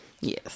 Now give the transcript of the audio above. Yes